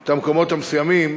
את המקומות המסוימים